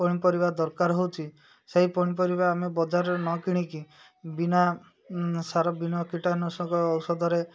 ପନିପରିବା ଦରକାର ହେଉଛି ସେହି ପନିପରିବା ଆମେ ବଜାରରେ ନ କିଣିକି ବିନା ସାର ବିନା କୀଟନାଶକ ଔଷଧରେ